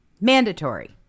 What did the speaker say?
mandatory